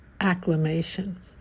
acclamation